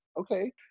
okay